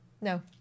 No